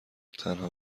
تنها